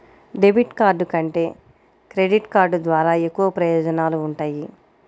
debit card కంటే credit card ద్వారా ఎక్కువ ప్రయోజనాలు వుంటయ్యి